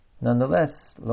Nonetheless